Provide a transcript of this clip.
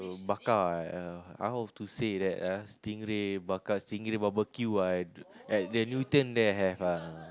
bakar I uh I hope to say that ah stingray bakar stingray barbecue at the Newton there have ah